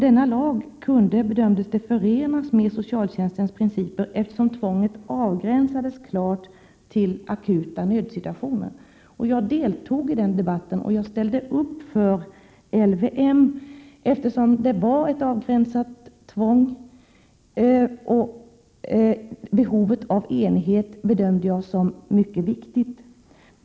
Denna lag kunde, bedömdes det, förenas med socialtjänstens principer, eftersom tvånget avgränsades klart till akuta nödsituationer. Jag deltog i den debatten och ställde upp för LVM, eftersom det var fråga om ett avgränsat tvång. Jag bedömde behovet av enighet som mycket viktigt.